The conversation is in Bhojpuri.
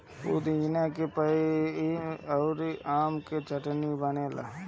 पुदीना के पतइ अउरी आम के चटनी बनेला